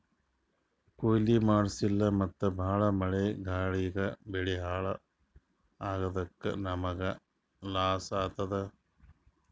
ಕೊಯ್ಲಿ ಮಾಡ್ಸಿಲ್ಲ ಮತ್ತ್ ಭಾಳ್ ಮಳಿ ಗಾಳಿಗ್ ಬೆಳಿ ಹಾಳ್ ಆಗಾದಕ್ಕ್ ನಮ್ಮ್ಗ್ ಲಾಸ್ ಆತದ್